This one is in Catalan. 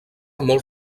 molt